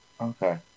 Okay